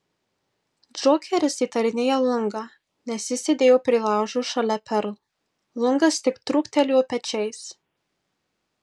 džokeris įtarinėja lungą nes jis sėdėjo prie laužo šalia perl lungas tik trūktelėjo pečiais